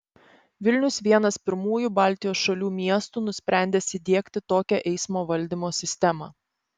vilnius vienas pirmųjų baltijos šalių miestų nusprendęs įdiegti tokią eismo valdymo sistemą